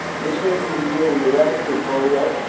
this may be the year we eradicate polio.